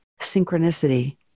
synchronicity